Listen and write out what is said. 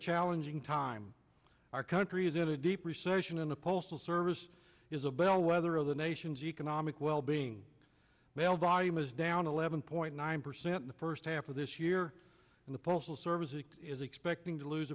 challenging time our country is in a deep recession and the postal service is a bellwether of the nation's economic wellbeing mail volume is down eleven point nine percent in the first half of this year and the postal service it is expecting to lose